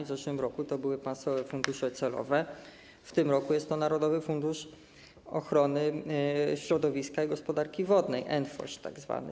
W zeszłym roku to były państwowe fundusze celowe, w tym roku jest to Narodowy Fundusz Ochrony Środowiska i Gospodarki Wodnej, tzw. NFOŚiGW.